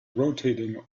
rotating